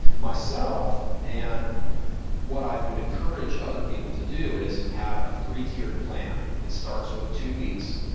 myself, and what i would encourage other people to do is have a three-tiered plan. it starts with two weeks,